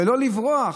לא לברוח.